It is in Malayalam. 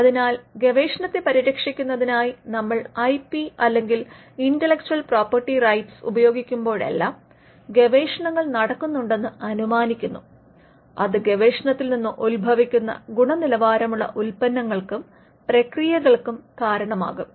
അതിനാൽ ഗവേഷണത്തെ പരിരക്ഷിക്കുന്നതിനായി നമ്മൾ ഐപി അല്ലെങ്കിൽ ഇന്റലെക്ടച്ചൽ പ്രോപ്പർട്ടി റൈറ്സ് ഐപിആർ ഉപയോഗിക്കുമ്പോഴെല്ലാം ഗവേഷണങ്ങൾ നടക്കുന്നുണ്ടെന്ന് അനുമാനിക്കുന്നു അത് ഗവേഷണത്തിൽ നിന്ന് ഉത്ഭവിക്കുന്ന ഗുണനിലവാരമുള്ള ഉൽപ്പന്നങ്ങൾക്കും പ്രക്രിയകൾക്കും കാരണമാകും